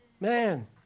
man